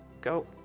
go